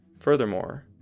Furthermore